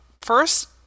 First